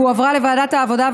והועברה לוועדת העבודה,